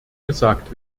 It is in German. gesagt